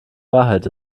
wahrheit